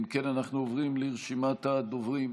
אם כן, אנחנו עוברים לרשימת הדוברים.